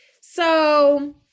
So-